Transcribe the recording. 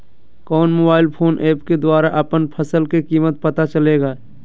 कौन mobile phone app के द्वारा अपन फसल के कीमत पता चलेगा?